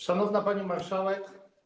Szanowna Pani Marszałek!